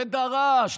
ודרשת,